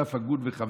שותף הגון וחבר.